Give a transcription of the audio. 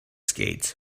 skates